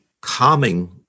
calming